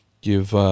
give